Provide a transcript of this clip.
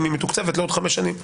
אם היא מתוקצבת לעוד חמש שנים.